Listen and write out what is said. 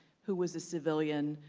who was a civilian,